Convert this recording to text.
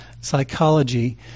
psychology